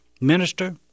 minister